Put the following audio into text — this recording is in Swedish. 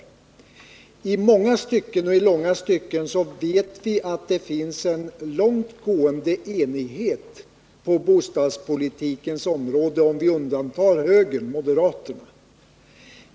Vi vet att det i många och långa stycken finns en långt gående enighet på bostadspolitikens område — om vi undantar moderaterna.